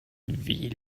wie